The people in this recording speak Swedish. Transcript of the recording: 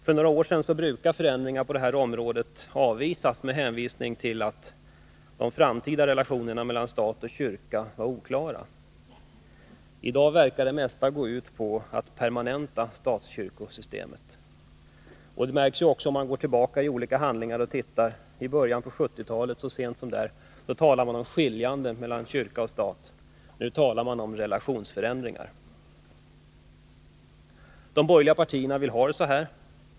För några år sedan brukade förändringar på detta område avvisas med hänvisning till att de framtida relationerna mellan staten och kyrkan var oklara. I dag verkar det mesta gå ut på att permanenta statskyrkosystemet. Det märks också om man går tillbaka till olika handlingar. Så sent som i början av 1970-talet talade man om skiljandet mellan kyrka och stat. Nu talar man om relationsförändringar. De borgerliga partierna vill ha det så här.